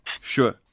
sure